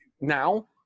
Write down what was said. now